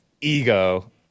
ego